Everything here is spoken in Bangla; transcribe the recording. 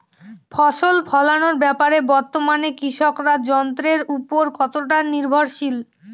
ফসল ফলানোর ব্যাপারে বর্তমানে কৃষকরা যন্ত্রের উপর কতটা নির্ভরশীল?